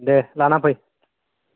दे लाना फै